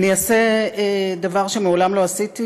אני אעשה דבר שמעולם לא עשיתי,